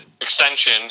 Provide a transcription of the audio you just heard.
extension